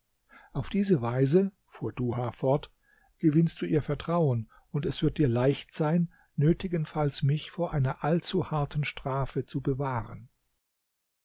auf diese weise fuhr duha fort gewinnst du ihr vertrauen und es wird dir leicht sein nötigenfalls mich vor einer allzu harten strafe zu bewahren